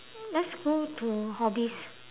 let's go to hobbies